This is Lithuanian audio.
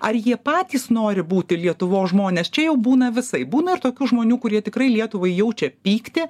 ar jie patys nori būti lietuvos žmonės čia jau būna visaip būna ir tokių žmonių kurie tikrai lietuvai jaučia pyktį